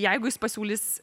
jeigu jis pasiūlys